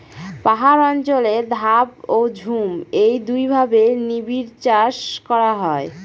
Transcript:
পাহাড় অঞ্চলে ধাপ ও ঝুম এই দুইভাবে নিবিড়চাষ করা হয়